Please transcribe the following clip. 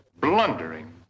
blundering